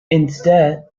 instead